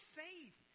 faith